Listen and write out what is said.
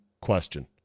question